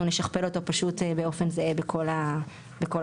נשכפל אותו פשוט באופן זהה בכל החוקים.